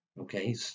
okay